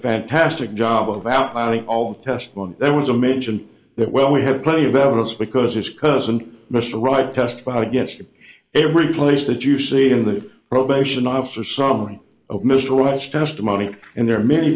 fantastic job of outlining all the testimony there was a mention that well we have plenty of evidence because his cousin mr wright testified against him everyplace that you see in the probation officer some of mr rudd's testimony and there are many